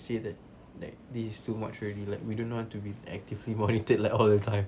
say that that this too much already like we don't want to be actively monitored like all the time